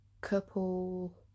Couple